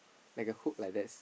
like a hook like that